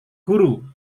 guru